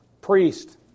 priest